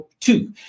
two